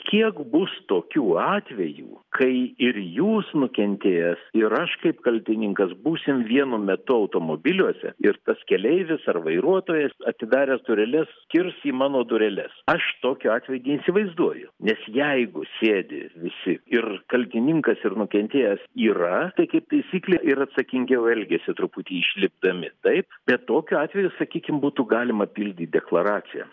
kiek bus tokių atvejų kai ir jūs nukentėjęs ir aš kaip kaltininkas būsim vienu metu automobiliuose ir tas keleivis ar vairuotojas atidaręs dureles kirs į mano dureles aš tokiu atveju neįsivaizduoju nes jeigu sėdi visi ir kaltininkas ir nukentėjęs yra tai kaip taisyklė ir atsakingiau elgiasi truputį išlipdami taip bet tokiu atveju sakykim būtų galima pildyt deklaraciją